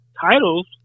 titles